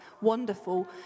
wonderful